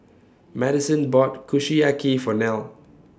Madyson bought Kushiyaki For Nell